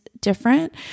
different